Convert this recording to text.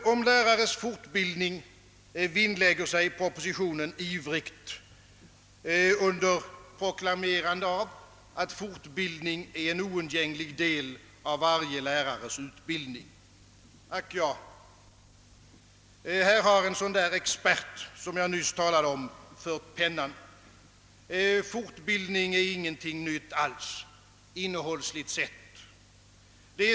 Om lärares fortbildning vinnlägger sig propositionen ivrigt under proklamerande av att denna är en oundgänglig del av varje lärares utbildning. Ack ja, här har en sådan expert som jag nyss talade om fört pennan. Fortbildningen är inte alls något nytt innehållsligt sett.